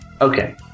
okay